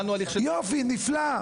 יופי, נפלא.